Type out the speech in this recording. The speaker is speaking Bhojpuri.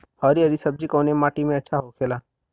हरी हरी सब्जी कवने माटी में अच्छा होखेला?